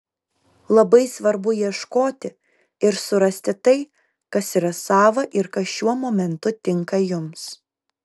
labai svarbu ieškoti ir surasti tai kas yra sava ir kas šiuo momentu tinka jums